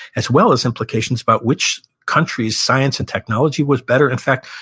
as well as implications about which country's science and technology was better. in fact,